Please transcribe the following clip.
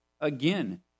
again